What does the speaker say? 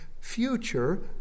future